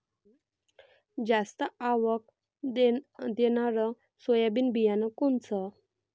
जास्त आवक देणनरं सोयाबीन बियानं कोनचं?